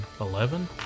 Eleven